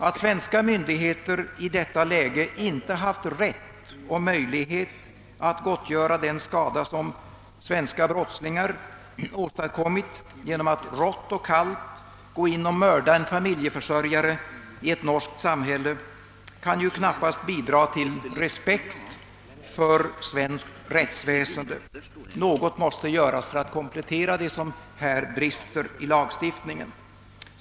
Att svenska myndigheter i detta läge inte haft rätt och möjlighet att gottgöra den skada, som svenska brottslingar åstadkommit genom att rått och kallt gå in och mörda en familjeförsörjare i ett norskt samhälle, kan knappast bidraga till respekt för svenskt rättsväsende. Något måste göras för att komplettera lagstiftningen, så att dessa brister undanröjs.